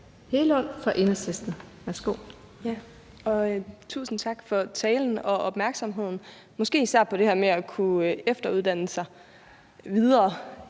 Hegelund (EL): Tak. Og tusind tak for talen og opmærksomheden, måske især på det her med at kunne efteruddanne sig videre